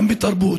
גם בתרבות,